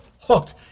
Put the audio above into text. hooked